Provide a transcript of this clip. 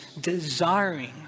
desiring